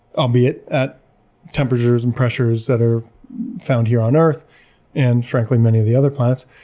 albeit, at temperatures and pressures that are found here on earth and, frankly, many of the other planets.